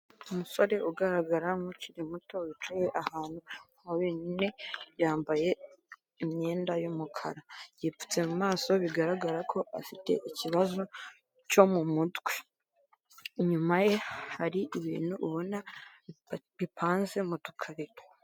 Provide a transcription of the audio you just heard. Umusore ugaragara nk'ukiri muto wicaye ahantu ha wenyine yambaye imyenda y'umukara. Yipfutse mu maso bigaragara ko afite ikibazo cyo mu mutwe inyuma ye hari ibintu ubona bipanze mu udukarito.